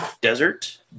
desert